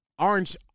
Orange